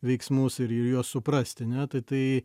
veiksmus ir juos suprasti ane tai tai